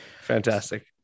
Fantastic